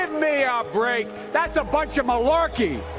and me a ah break. that's a bunch of malarkey.